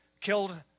killed